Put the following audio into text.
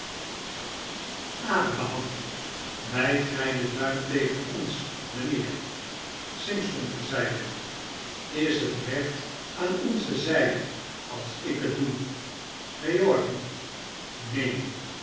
abraham bijt gij den duim tegen ons mijnheer simson ter zijde is het recht aan onze zijde als ik het doe